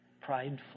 prideful